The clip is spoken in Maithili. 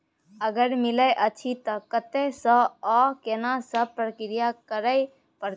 अगर मिलय अछि त कत्ते स आ केना सब प्रक्रिया करय परत?